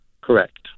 Correct